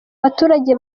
baturage